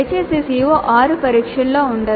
దయచేసి CO6 పరీక్షల్లో ఉండదు